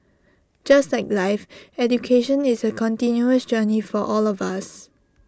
just like life education is A continuous journey for all of us